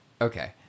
okay